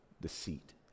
deceit